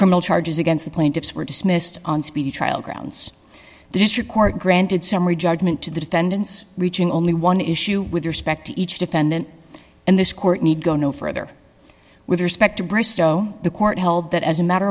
criminal charges against the plaintiffs were dismissed on speedy trial grounds the district court granted summary judgment to the defendants reaching only one issue with respect to each defendant and this court need go no further with respect to bristow the court held that as a matter